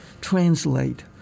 translate